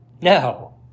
No